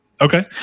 Okay